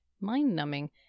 mind-numbing